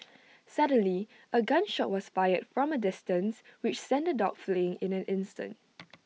suddenly A gun shot was fired from A distance which sent the dogs fleeing in an instant